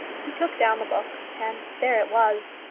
he took down the book, and there it was.